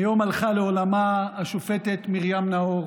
היום הלכה לעולמה השופטת מרים נאור,